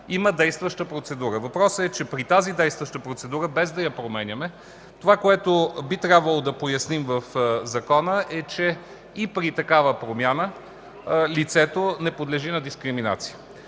Има действаща процедура. Въпросът е, че при тази действаща процедура, без да я променяме, това, което би трябвало да поясним в закона, е, че и при такава промяна лицето не подлежи на дискриминация.